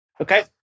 Okay